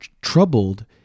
troubled